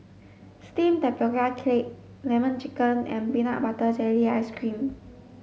steamed tapioca cake lemon chicken and peanut butter jelly ice cream